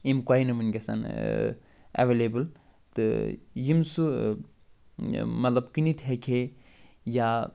یِم وٕنۍکٮ۪س ایولیبل تہٕ یِم سُہ مطلب کٕنِتھ ہیٚکہِ ہے یا